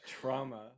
trauma